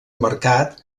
mercat